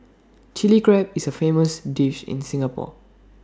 Chilli Crab is A famous dish in Singapore